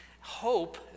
hope